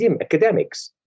academics